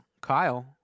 Kyle